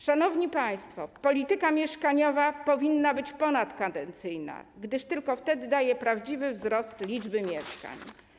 Szanowni państwo, polityka mieszkaniowa powinna być ponadkadencyjna, gdyż tylko wtedy daje prawdziwy wzrost liczby mieszkań.